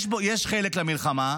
יש חלק למלחמה,